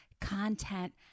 content